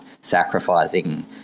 sacrificing